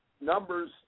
numbers